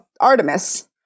Artemis